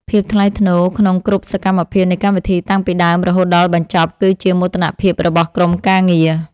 ភាពថ្លៃថ្នូរក្នុងគ្រប់សកម្មភាពនៃកម្មវិធីតាំងពីដើមរហូតដល់បញ្ចប់គឺជាមោទនភាពរបស់ក្រុមការងារ។